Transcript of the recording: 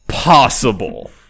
possible